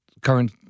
current